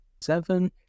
seven